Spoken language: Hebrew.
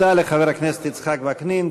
תודה לחבר הכנסת יצחק וקנין.